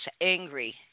angry